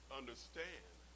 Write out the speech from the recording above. understand